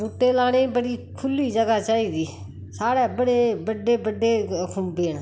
बूह्टे लानेई बड़ी खुल्ली जगह् चाहिदी साढ़ै बड़े बड्डे बड्डे खुम्बे न